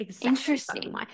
Interesting